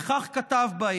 וכך כתב בהם: